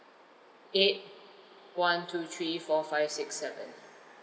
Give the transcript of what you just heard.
eight one two three four five six seven